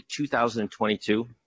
2022